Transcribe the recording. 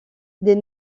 des